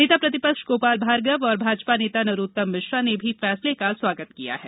नेता प्रतिपक्ष गोपाल भार्गव और भाजपा नेता नरोत्तम मिश्रा ने भी फैसले का स्वागत किया है